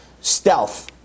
stealth